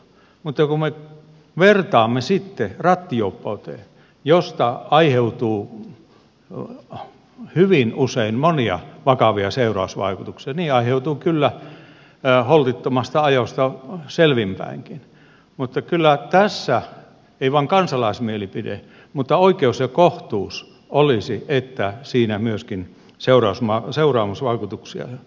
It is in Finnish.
kun me vertaamme ylinopeutta sitten rattijuoppouteen josta aiheutuu hyvin usein monia vakavia seurausvaikutuksia niin aiheutuu kyllä holtittomasta ajosta selvinpäinkin niin kyllä tässä ei vain kansalaismielipide vaan oikeus ja kohtuus olisi että siinä myöskin seuraamusvaikutuksia kiristettäisiin